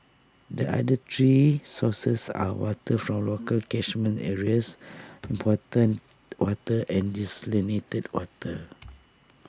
the other three sources are water from local catchment areas imported water and desalinated water